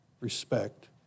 respect